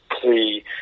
plea